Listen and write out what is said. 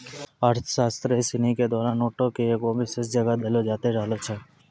अर्थशास्त्री सिनी के द्वारा नोटो के एगो विशेष जगह देलो जैते रहलो छै